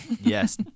Yes